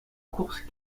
courses